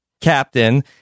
captain